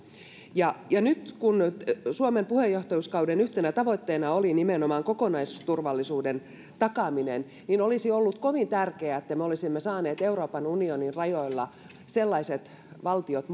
nyt kun suomen puheenjohtajuuskauden yhtenä tavoitteena oli nimenomaan suomen kokonaisturvallisuuden takaaminen niin olisi ollut kovin tärkeää että me olisimme saaneet mukaan jäsenyysneuvotteluihin euroopan unionin rajoilla sellaiset valtiot